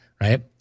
right